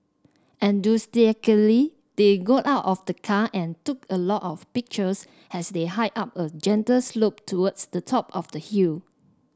enthusiastically they got out of the car and took a lot of pictures as they hiked up a gentle slope towards the top of the hill